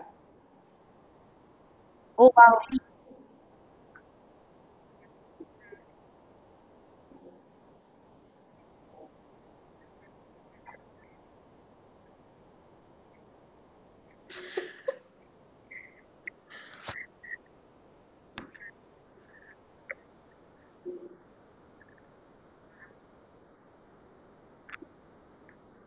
oh !wow!